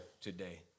today